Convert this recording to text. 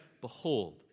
Behold